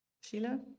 Sheila